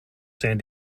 san